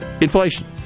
Inflation